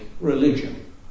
religion